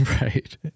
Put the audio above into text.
Right